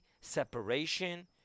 separation